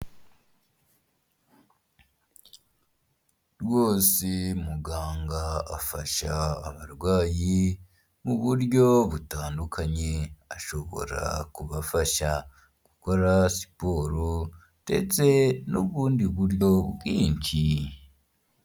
Rwose muganga afasha abarwayi mu buryo butandukanye, ashobora kubafasha gukora siporo ndetse n'ubundi buryo bwinshi.